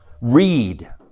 Read